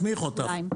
מסמיך אותך.